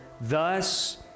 Thus